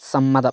സമ്മതം